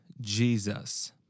Jesus